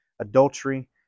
Adultery